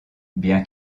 bien